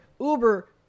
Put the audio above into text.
uber